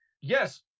Yes